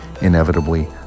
inevitably